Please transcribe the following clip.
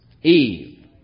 Eve